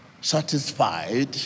satisfied